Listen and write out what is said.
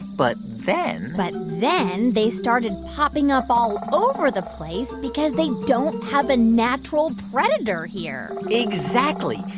but then. but then they started popping up all over the place because they don't have a natural predator here exactly.